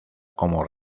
como